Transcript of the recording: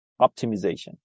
optimization